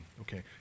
Okay